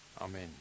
Amen